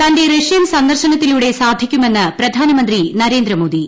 തന്റെ റഷ്യൻ സന്ദർശനത്തിലൂടെ സാധിക്കുമെന്ന് പ്രധാനമന്ത്രി നരേന്ദ്രമോദി